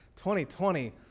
2020